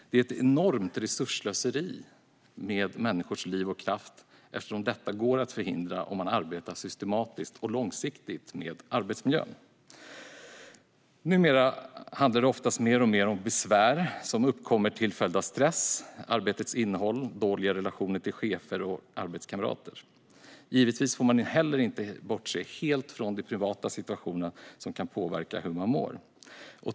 Det är ett enormt resursslöseri med människors liv och kraft, eftersom detta går att förhindra om man arbetar systematiskt och långsiktigt med arbetsmiljön. Numera handlar det ofta mer och mer om besvär som uppkommer till följd av stress, arbetets innehåll eller dåliga relationer till chefer och arbetskamrater. Givetvis får man inte heller bortse helt från den privata situationen, som kan påverka hur man mår.